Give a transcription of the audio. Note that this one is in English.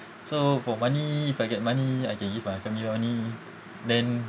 so for money if I get money I can give my family money then